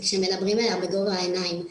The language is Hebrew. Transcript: וכשמדברים אליה בגובה העיניים.